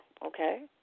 okay